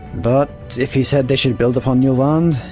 but if he said they should build upon new land,